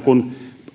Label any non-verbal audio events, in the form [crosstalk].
[unintelligible] kun